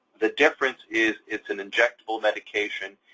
the difference is it's an injectable medication.